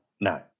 No